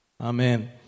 Amen